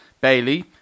Bailey